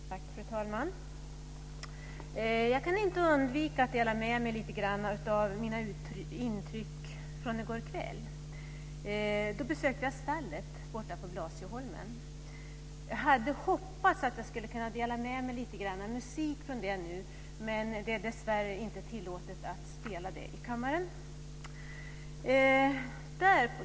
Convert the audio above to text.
Fru talman! Jag kan inte undvika att dela med mig lite grann av mina intryck från i går kväll. Då besökte jag Stallet borta på Blasieholmen. Jag hade hoppats att jag skulle kunna dela med mig lite grann musik från det nu, men det är dessvärre inte tillåtet att göra det i kammaren.